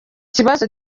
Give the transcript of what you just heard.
kibazo